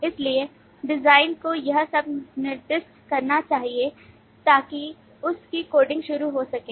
इसलिए डिज़ाइन को यह सब निर्दिष्ट करना चाहिए ताकि उस की कोडिंग शुरू हो सके